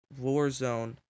Warzone